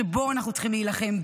שבו אנחנו צריכים להילחם.